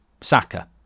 Saka